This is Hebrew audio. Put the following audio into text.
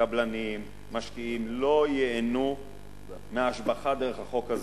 קבלנים, משקיעים, לא ייהנו מהשבחה דרך החוק הזה.